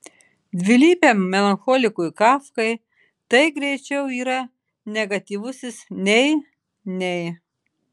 dvilypiam melancholikui kafkai tai greičiau yra negatyvusis nei nei